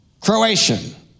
Croatian